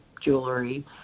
Jewelry